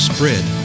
Spread